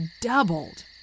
doubled